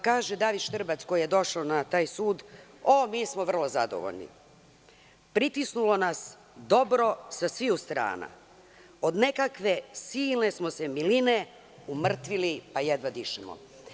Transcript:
Kaže David Štrbac, koji je došao na taj sud – o, mi smo vrlo zadovoljni, pritisnulo nas dobro sa sviju strana, od nekakve silne smo se miline umrtvili, pa jedva dišemo.